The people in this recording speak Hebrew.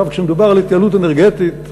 גם כשמדובר על התייעלות אנרגטית,